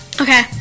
Okay